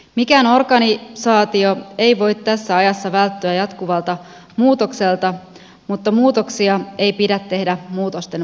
mikään organisaatio ei voi tässä ajassa välttyä jatkuvalta muutokselta mutta muutoksia ei pidä tehdä muutosten vuoksi